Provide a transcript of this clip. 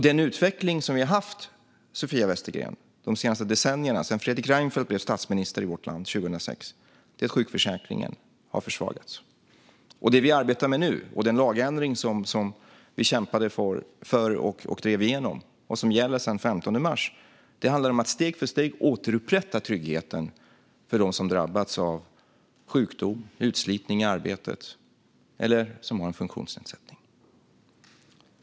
Den utveckling som vi har haft de senaste decennierna, Sofia Westergren, sedan Fredrik Reinfeldt 2006 blev statsminister i vårt land är att sjukförsäkringen har försvagats. Det vi nu arbetar med och den lagändring som vi kämpade för och drev igenom och som gäller sedan den 15 mars är att steg för steg återupprätta tryggheten för dem som drabbats av sjukdom eller utslitning i arbetet eller som har en funktionsnedsättning.